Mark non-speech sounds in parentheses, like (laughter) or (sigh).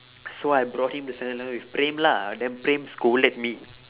(noise) so I brought him to seven eleven with praem lah then praem scolded me